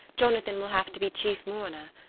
jonathan will have to be chief mourner.